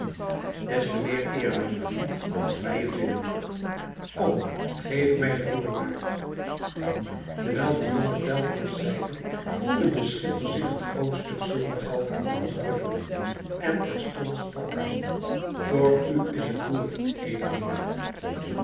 des te meer eer mijn vriend als wij het winnen kom geef mij het roer maar terwijl de jonge tell dit zeide voelde de schipper zich een groot stuk zilvergeld in de hand drukken en terstond sprak hij voor u is het roer edele heer